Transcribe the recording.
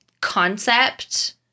concept